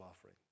offering